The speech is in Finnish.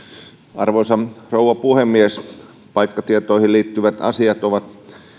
arvoisa rouva puhemies paikkatietoihin liittyvät asiat ovat